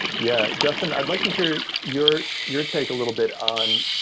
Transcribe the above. yeah, justin, i'd like to hear your your take a little bit on,